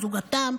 או זוגתם,